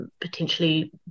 potentially